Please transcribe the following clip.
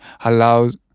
allows